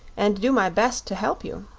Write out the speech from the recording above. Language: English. and do my best to help you.